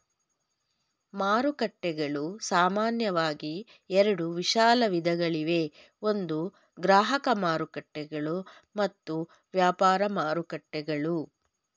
ಮಾರುಕಟ್ಟೆಗಳು ಸಾಮಾನ್ಯವಾಗಿ ಎರಡು ವಿಶಾಲ ವಿಧಗಳಿವೆ ಒಂದು ಗ್ರಾಹಕ ಮಾರುಕಟ್ಟೆಗಳು ಮತ್ತು ವ್ಯಾಪಾರ ಮಾರುಕಟ್ಟೆಗಳು